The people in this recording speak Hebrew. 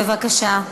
בבקשה.